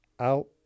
out